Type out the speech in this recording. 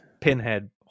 Pinhead